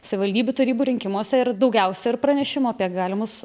savivaldybių tarybų rinkimuose ir daugiausia ir pranešimų apie galimus